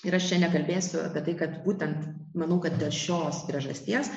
ir aš čia nekalbėsiu apie tai kad būtent manau kad dėl šios priežasties